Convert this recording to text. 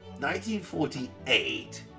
1948